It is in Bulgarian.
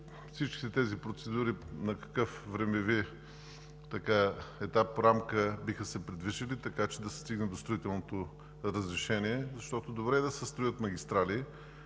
всички тези процедури на какъв времеви етап, рамка биха се придвижили, така че да се стигне до строителното разрешение? Добре е да се строят магистрали,